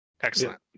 Excellent